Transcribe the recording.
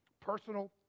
personal